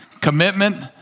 Commitment